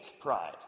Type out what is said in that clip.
pride